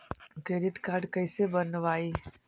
Credit card कैसे बनवाई?